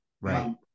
right